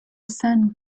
sand